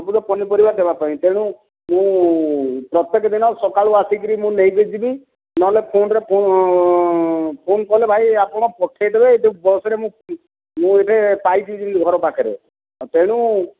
ସବୁଜ ପନିପରିବା ଦେବାପାଇଁ ତେଣୁ ମୁଁ ପ୍ରତ୍ୟେକ ଦିନ ସକାଳୁ ଆସିକି ମୁଁ ନେଇକି ଯିବି ନହେଲେ ଫୋନରେ ଫୋନ କଲେ ଭାଇ ଆପଣ ପଠେଇଦେବେ ଏଇଠି ବସରେ ମୁଁ ଏଇଠି ପାଇଯିବି ଘର ପାଖରେ ତେଣୁ